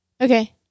Okay